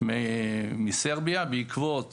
מסרביה בעקבות